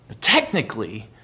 Technically